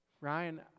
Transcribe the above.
Ryan